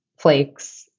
flakes